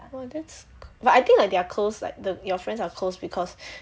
!wah! that's but I think like they are close like the your friends are close because